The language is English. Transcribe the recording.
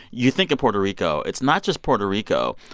you think of puerto rico. it's not just puerto rico.